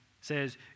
says